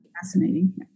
Fascinating